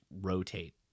rotate